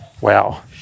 wow